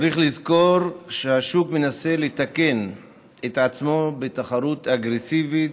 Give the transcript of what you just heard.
צריך לזכור שהשוק מנסה לתקן את עצמו בתחרות אגרסיבית,